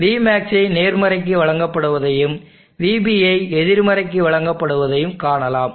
vmax ஐ நேர்மறைக்கு வழங்கப்படுவதையும்VB ஐ எதிர்மறைக்கு வழங்கப்படுவதையும் காணலாம்